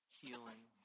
healing